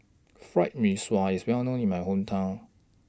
Fried Mee Sua IS Well known in My Hometown